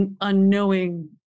unknowing